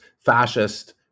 fascist